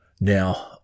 now